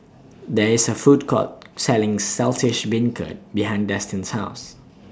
There IS A Food Court Selling Saltish Beancurd behind Destin's House